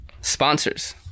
sponsors